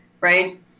right